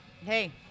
Hey